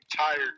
tired